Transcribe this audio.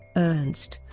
ernst